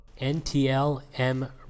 NTLM